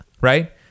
right